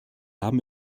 haben